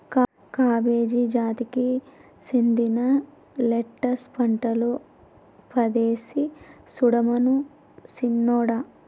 cabbage జాతికి సెందిన lettuce పంటలు పదేసి సుడమను సిన్నోడా